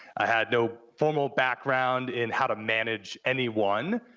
i had no formal background in how to manage anyone,